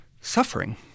suffering